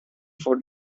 for